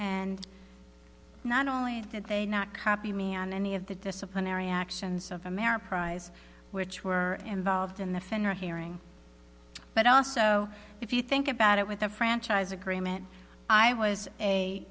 and not only did they not copy me on any of the disciplinary actions of ameriprise which were involved in the fender hearing but also if you think about it with a franchise agreement i was a